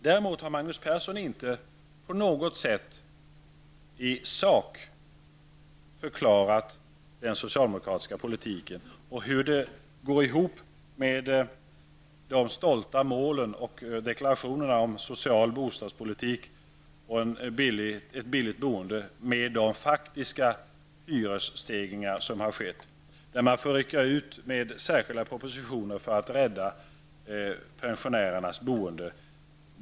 Däremot har Magnus Persson inte på något sätt i sak förklarat den socialdemokratiska politiken och hur de stolta målen och deklarationerna om social bostadspolitik och ett billigt boende går ihop med de faktiska hyresstegringar som har skett. Man får nu rycka ut med särskilda propositioner för att rädda pensionärernas boende.